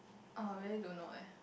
oh very don't know leh